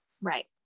Right